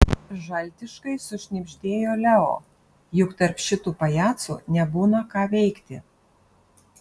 žaltiškai sušnibždėjo leo juk tarp šitų pajacų nebūna ką veikti